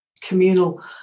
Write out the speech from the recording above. communal